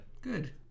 good